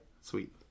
sweet